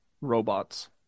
robots